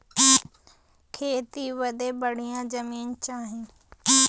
खेती बदे बढ़िया जमीन चाही